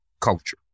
Culture